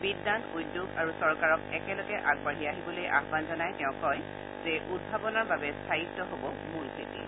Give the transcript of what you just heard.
বিদ্বান উদ্যোগ আৰু চৰকাৰক একেলগে আগবাঢ়ি আহিবলৈ আহান জনাই তেওঁ কয় যে উদ্ভাৱনৰ বাবে স্থায়ীত্ব হব মূল ভেঁটি